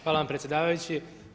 Hvala vam predsjedavajući.